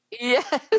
Yes